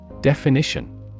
Definition